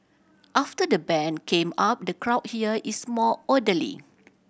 after the ban came up the crowd here is more orderly